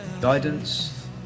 guidance